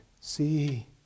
see